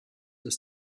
dass